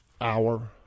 hour